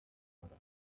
father